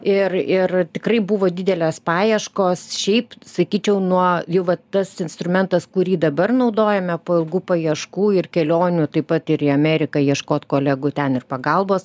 ir ir tikrai buvo didelės paieškos šiaip sakyčiau nuo jau va tas instrumentas kurį dabar naudojame po ilgų paieškų ir kelionių taip pat ir į ameriką ieškot kolegų ten ir pagalbos